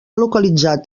localitzat